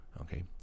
Okay